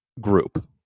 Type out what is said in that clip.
group